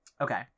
Okay